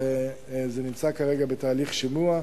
וזה נמצא כרגע בתהליך שימוע.